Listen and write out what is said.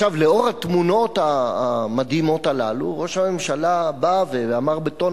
לאור התמונות המדהימות הללו ראש הממשלה בא ואמר בטון